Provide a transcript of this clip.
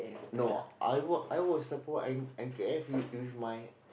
no I will I will support and and care with with my